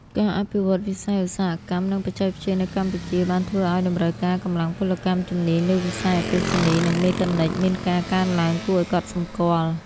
ការអភិវឌ្ឍន៍វិស័យឧស្សាហកម្ម និងបច្ចេកវិទ្យានៅកម្ពុជា បានធ្វើឱ្យតម្រូវការកម្លាំងពលកម្មជំនាញលើវិស័យអគ្គិសនី និងមេកានិកមានការកើនឡើងគួរឱ្យកត់សម្គាល់។